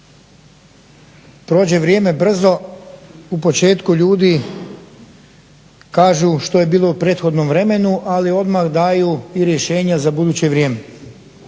prođe vrijeme brzo, u početku ljudi kažu što je bilo u prethodnom vremenu ali odmah daju i rješenja za buduće vrijeme.